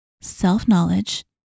self-knowledge